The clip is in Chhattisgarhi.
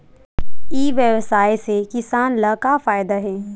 ई व्यवसाय से किसान ला का फ़ायदा हे?